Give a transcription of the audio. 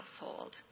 household